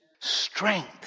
strength